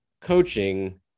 coaching